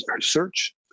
search